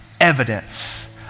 evidence